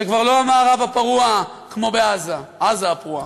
זה כבר לא המערב הפרוע כמו בעזה, עזה הפרועה,